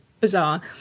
bizarre